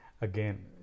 Again